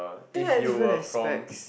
think like different aspects